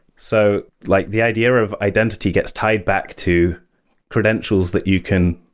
so like the idea of identity gets tied back to credentials that you can,